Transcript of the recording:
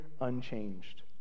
unchanged